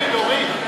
הוריד, הוריד.